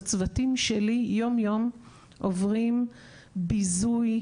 הצוותים שלי יום-יום עוברים ביזוי,